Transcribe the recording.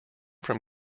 from